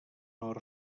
els